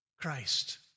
Christ